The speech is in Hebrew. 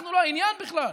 אנחנו לא העניין בכלל.